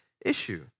issue